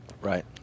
right